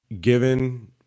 given